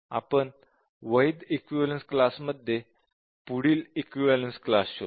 आपण वैध इक्विवलेन्स क्लासमध्ये पुढील इक्विवलेन्स क्लास शोधतो